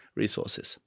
resources